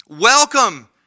Welcome